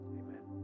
amen